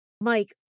Mike